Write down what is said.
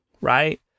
right